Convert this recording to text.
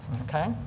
Okay